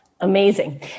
Amazing